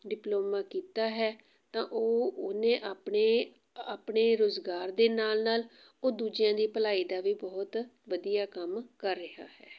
diploma ਕੀਤਾ ਹੈ ਤਾਂ ਉਹ ਉਹਨੇ ਆਪਣੇ ਆਪਣੇ ਰੁਜ਼ਗਾਰ ਦੇ ਨਾਲ ਨਾਲ ਉਹ ਦੂਜਿਆਂ ਦੀ ਭਲਾਈ ਦਾ ਵੀ ਬਹੁਤ ਵਧੀਆ ਕੰਮ ਕਰ ਰਿਹਾ ਹੈ